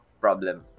problem